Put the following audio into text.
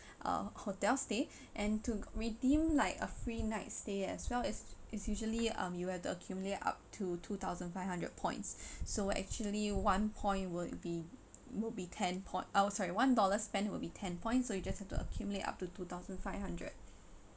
uh hotel stay and to redeem like a free night stay as well as it's usually um you have to accumulate up to two thousand five hundred points so actually one point will be will be ten point oh sorry one dollar spent will be ten point so you just have to accumulate up to two thousand five hundred